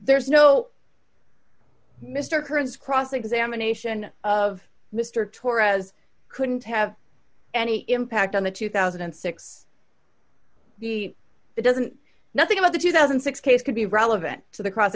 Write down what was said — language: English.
there's no mr kerns cross examination of mr torres couldn't have any impact on the two thousand and six he doesn't nothing about the two thousand and six case could be relevant to the cross